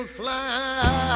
fly